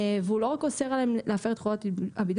והוא לא רק אוסר עליהם להפר את חובת הבידוד,